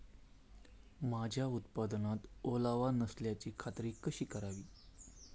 माझ्या उत्पादनात ओलावा नसल्याची खात्री कशी करावी?